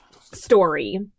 story